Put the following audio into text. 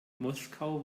moskau